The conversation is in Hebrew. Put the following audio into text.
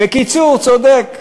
בקיצור, צודק.